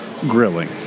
grilling